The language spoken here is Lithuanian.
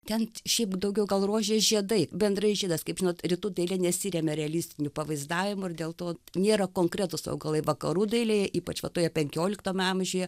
ten šiaip daugiau gal rožės žiedai bendrai žiedas kaip žinot rytų dailė nesiremia realistiniu pavaizdavimu ir dėl to nėra konkretūs augalai vakarų dailėje ypač va toje penkioliktame amžiuje